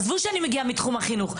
עזבו שאני מגיעה מתחום החינוך,